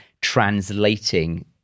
translating